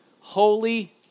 holy